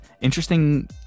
Interesting